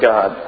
God